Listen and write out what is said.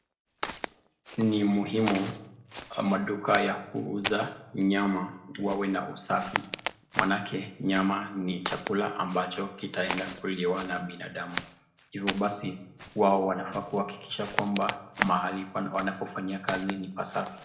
Ni muhimu kwa maduka ya kuuza nyama wawe na usafi maanake nyama ni chakula ambacho kitaenda kuliwa na binadamu . Hivyo basi wao wanafaa kuhakikisha ya kwamba mahali wanapofanyia kazi ni pasafi.